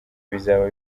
bizaba